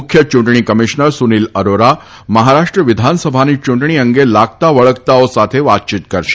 મુખ્ય ચૂંટણી કમીશનર સુનીલ અરોરા મહારાષ્ટ્ર વિધાનસભાની ચૂંટણી અંગે લાગતાવળગતાઓ સાથે વાતચીત કરશે